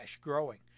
growing